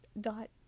dot